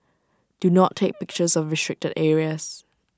do not take pictures of restricted areas